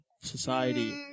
society